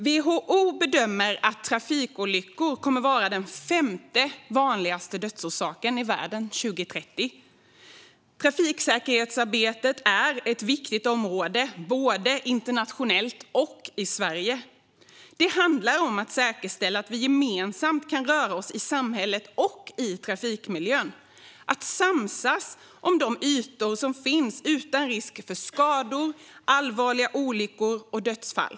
WHO bedömer att trafikolyckor kommer att vara den femte vanligaste dödsorsaken i världen 2030. Trafiksäkerhetsarbetet är ett viktigt område både internationellt och i Sverige. Det handlar om att säkerställa att vi gemensamt kan röra oss i samhället och i trafikmiljön och samsas om de ytor som finns utan risk för skador, allvarliga olyckor och dödsfall.